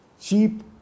cheap